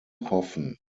hoffen